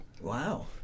Wow